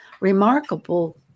remarkable